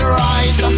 right